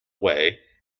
way